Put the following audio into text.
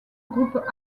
groupe